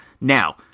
Now